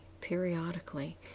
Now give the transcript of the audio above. periodically